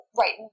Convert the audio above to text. right